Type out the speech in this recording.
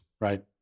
right